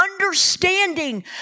understanding